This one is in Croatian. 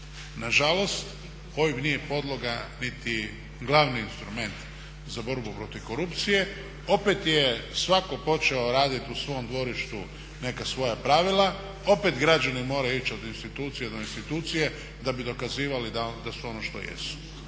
Nažalost, OIB nije podloga niti glavni instrument za borbu protiv korupcije, opet je svako počeo raditi u svom dvorištu neka svoja pravila, opet građanin mora ići od institucije do institucije da bi dokazivali da su ono što jesu.